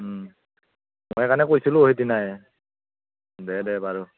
মই সেইকাৰণে কৈছিলোঁ সেইদিনাই দে দে বাৰু